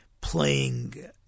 playing